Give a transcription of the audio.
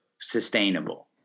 sustainable